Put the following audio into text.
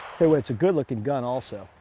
so it's a good looking gun also.